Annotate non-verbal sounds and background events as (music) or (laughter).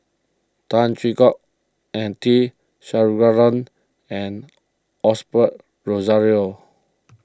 Tan Hwee Hock and T (unintelligible) and Osbert Rozario